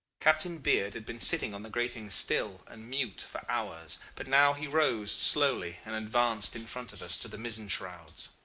captain beard had been sitting on the gratings still and mute for hours, but now he rose slowly and advanced in front of us, to the mizzen-shrouds.